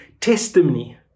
testimony